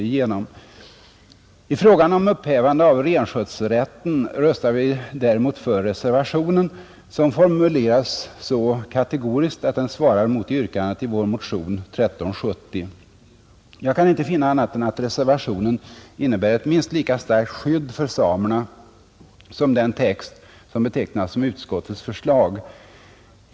I frågan om upphävande av renskötselrätten röstar vi däremot för reservationen, som formulerats så kategoriskt att den svarar mot yrkandet i vår motion 1370. Jag kan inte finna annat än att reservationen innebär ett minst lika starkt skydd för samerna som den text som betecknas som utskottets förslag.